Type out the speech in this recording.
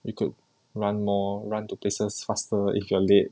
you could run more run to places faster if you are late